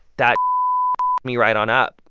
that me right on up.